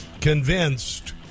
convinced